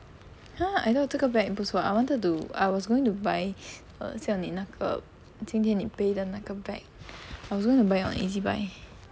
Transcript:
I thought 这个 bag 不算 I wanted to I was going to buy do I was going to buy err 像你那个今天你背的那个 bag I was going to buy on Ezbuy